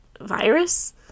virus